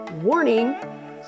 warning